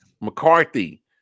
McCarthy